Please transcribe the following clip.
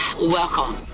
welcome